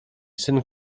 syn